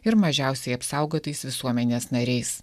ir mažiausiai apsaugotais visuomenės nariais